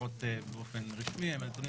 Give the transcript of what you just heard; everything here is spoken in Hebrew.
לפחות באופן רשמי הם נתונים